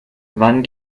wann